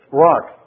rock